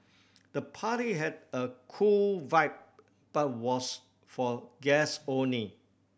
the party had a cool vibe but was for guest only